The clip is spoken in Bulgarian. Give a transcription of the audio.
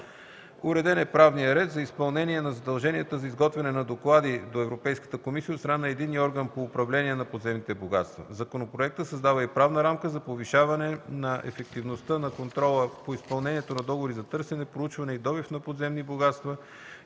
Уреден е правният ред за изпълнение на задълженията за изготвяне на доклади до ЕК от страна на единния орган по управление на подземните богатства. Законопроектът създава и правна рамка за повишаване на ефективността на контрола по изпълнението на договори за търсене, проучване и добив на подземни богатства